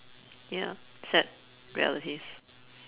ya sad realities